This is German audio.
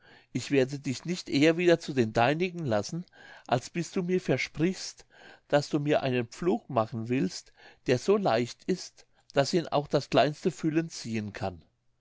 ich werde dich nicht eher wieder zu den deinigen lassen als bis du mir versprichst daß du mir einen pflug machen willst der so leicht ist daß ihn auch das kleinste füllen ziehen kann